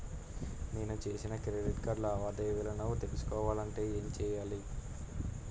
నేను చేసిన credit card లావాదేవీలను తెలుసుకోవాలంటే ఏం చేయాలి?